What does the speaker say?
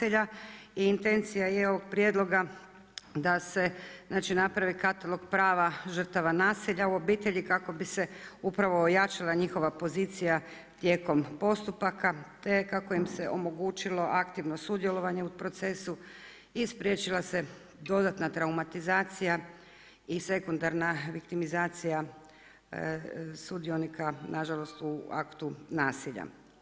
Intencija je ovog prijedloga da se napravi katalog prava žrtava nasilja u obitelji, kako bi se upravo ojačala njihova pozicija tijekom postupaka te kako im se omogućilo aktivno sudjelovanje u procesu i spriječila se dodatna traumatizacija i sekundarna viktimizacija sudionika nažalost u aktu nasilja.